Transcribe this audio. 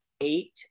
eight